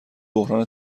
بحران